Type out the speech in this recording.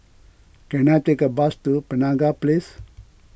can I take a bus to Penaga Place